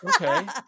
Okay